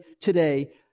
today